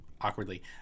awkwardly